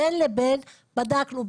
בין לבין בדקנו,